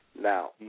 Now